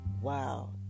wow